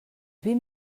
vint